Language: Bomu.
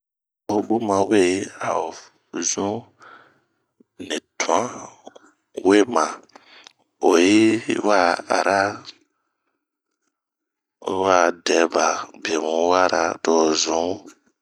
Bun ma weyi a o zun nii tuan, wema, oyi wa arra owa dɛba bie muu wara to'o zun mu.